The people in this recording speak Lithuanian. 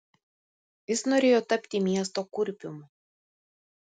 jis norėjo tapti miesto kurpium